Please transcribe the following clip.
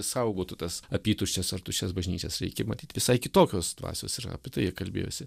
saugotų tas apytuštes ar tuščias bažnyčias reikia matyt visai kitokios dvasios ir apie tai jie kalbėjosi